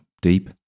Deep